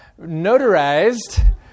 notarized